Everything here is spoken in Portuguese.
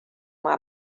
uma